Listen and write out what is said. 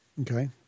Okay